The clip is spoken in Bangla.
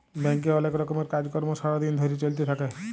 ব্যাংকে অলেক রকমের কাজ কর্ম সারা দিন ধরে চ্যলতে থাক্যে